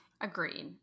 Agreed